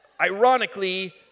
Ironically